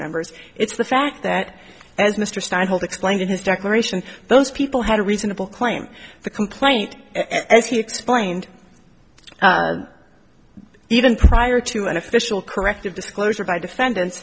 members it's the fact that as mr stein hold explained in his declaration those people had a reasonable claim the complaint as he explained even prior to an official corrective disclosure by defend